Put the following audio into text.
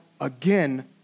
again